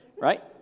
Right